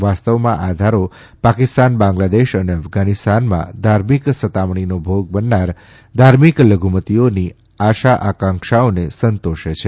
વાસ્તવમાં આ ધારો પાકિસ્તાન બાંગ્લાદેશ અને અફઘાનિસ્તાનમાં ધાર્મિક સતામણીનો ભોગ બનનાર ધાર્મિક લધુમતીઓની આશા આંકાક્ષાઓ સંતોષે છે